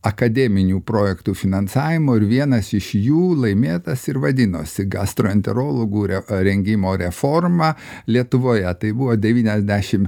akademinių projektų finansavimo ir vienas iš jų laimėtas ir vadinosi gastroenterologų rengimo reforma lietuvoje tai buvo devyniasdešimt